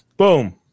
Boom